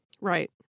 Right